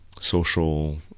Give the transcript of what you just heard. social